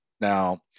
Now